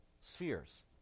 spheres